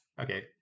Okay